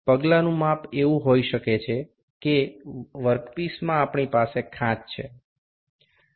પગલા નું માપ એવું હોઈ શકે છે કે વર્કપીસમાં આપણી પાસે ખાંચ છે